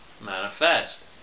manifest